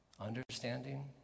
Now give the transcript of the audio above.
understanding